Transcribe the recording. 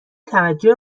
توجه